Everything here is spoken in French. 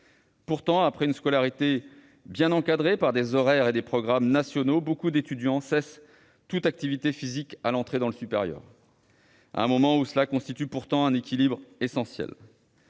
Pourtant, après une scolarité bien encadrée par des horaires et des programmes nationaux, beaucoup d'étudiants cessent toute activité physique à l'entrée dans le supérieur, à un moment où cela constitue pourtant un élément essentiel